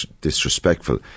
disrespectful